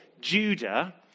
Judah